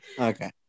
Okay